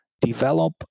develop